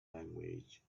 language